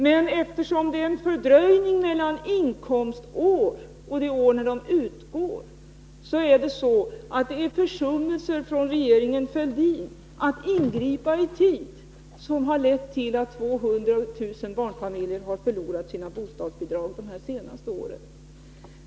Men eftersom det är en fördröjning mellan inkomstår och det år när stödet utgår, så är det försummelser från regeringen Fälldin att ingripa i tid som har lett till att 200 000 barnfamiljer har förlorat sina bostadsbidrag de här senaste åren.